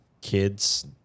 kids